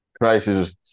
Crisis